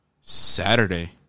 Saturday